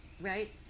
Right